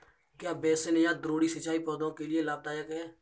क्या बेसिन या द्रोणी सिंचाई पौधों के लिए लाभदायक है?